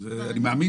אגב,